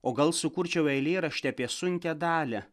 o gal sukurčiau eilėraštį apie sunkią dalią